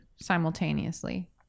simultaneously